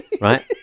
right